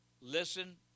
Listen